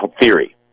theory